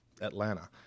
Atlanta